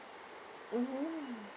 mmhmm